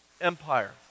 empire